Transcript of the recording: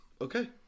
Okay